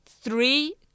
three